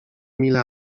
mile